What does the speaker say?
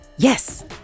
Yes